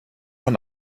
von